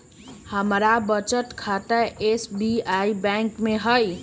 हमर बचत खता एस.बी.आई बैंक में हइ